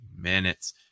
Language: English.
minutes